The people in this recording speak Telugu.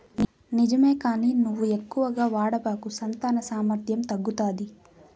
నిజమే కానీ నువ్వు ఎక్కువగా వాడబాకు సంతాన సామర్థ్యం తగ్గుతాది